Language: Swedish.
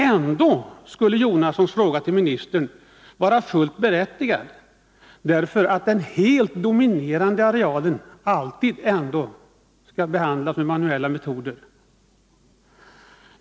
Ändå skulle herr Jonassons fråga till ministern vara fullt berättigad — den helt dominerande arealen skall ändå alltid behandlas med manuella metoder.